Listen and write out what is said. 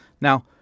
Now